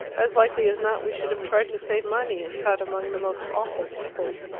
as likely as not, we should have tried to save money and sat among the most awful people.